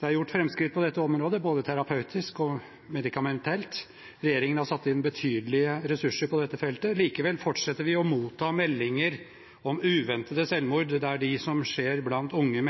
Det er gjort framskritt på dette området, både terapeutisk og medikamentelt. Regjeringen har satt inn betydelige ressurser på dette feltet. Likevel fortsetter vi å motta meldinger om uventede selvmord, der de som skjer blant unge